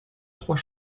trois